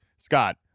Scott